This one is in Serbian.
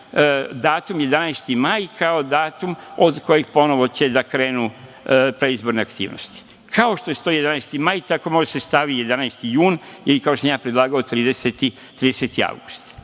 datum 11. maj kao datum od kojeg ponovo kreću predizborne aktivnosti. Kao što stoji 11. maj, tako može da se stavi 11. jun ili, kao što sam ja predlagao, 30. avgust.